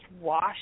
washed